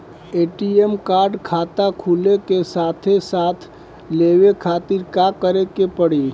ATM card खाता खुले के साथे साथ लेवे खातिर का करे के पड़ी?